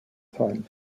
time